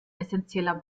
essenzieller